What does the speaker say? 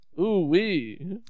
Ooh-wee